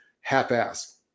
half-assed